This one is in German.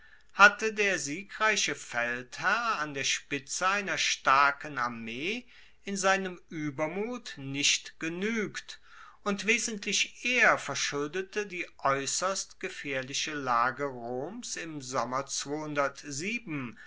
hatte der siegreiche feldherr an der spitze einer starken armee in seinem uebermut nicht genuegt und wesentlich er verschuldete die aeusserst gefaehrliche lage roms im sommer